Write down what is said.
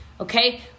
Okay